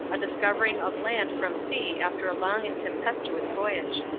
a discovering of land from sea after a long and tempestuous voyage.